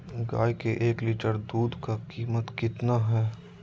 गाय के एक लीटर दूध का कीमत कितना है?